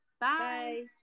Bye